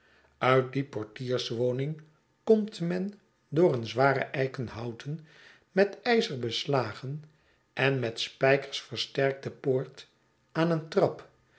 uit die portierswoning komt men door een zware eikenhouten met ijzer beslagen en met spykers versterkte poort aan een trap